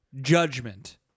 judgment